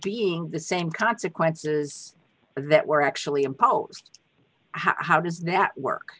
being the same consequences that were actually imposed how does that work